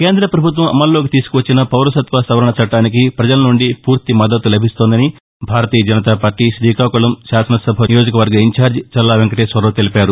కేంద్ర ప్రభుత్వం అమల్లోకి తీసుకువచ్చిన పౌరసత్వ సవరణ చట్టానికి పజలనుండి పూర్తి మద్దతు లభిస్తోందని భారతీయ జనతా పార్టీ శ్రీకాకుళం శాసన సభానియోజకవర్గ ఇన్ఛార్జి చల్లా వెంకటేశ్వరరావు తెలిపారు